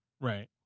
Right